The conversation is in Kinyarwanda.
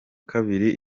kabiri